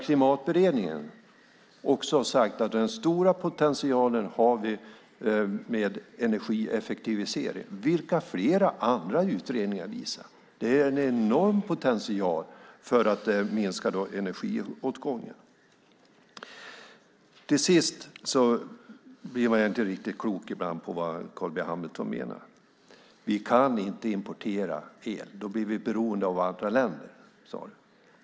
Klimatberedningen har också sagt att den stora potentialen finns med energieffektivisering, vilket flera andra utredningar visar. Det är en enorm potential för att minska energiåtgången. Jag blir ibland inte riktigt klok på vad Carl B Hamilton menar. Vi kan inte importera el. Då blir vi beroende av andra länder, sade Carl B Hamilton.